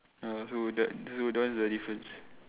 ya so that one is the difference